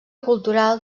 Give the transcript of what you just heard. cultural